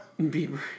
Bieber